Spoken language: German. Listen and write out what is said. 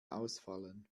ausfallen